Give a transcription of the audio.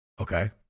Okay